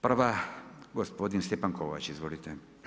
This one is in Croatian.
Prva gospodin Stjepan Kovač, izvolite.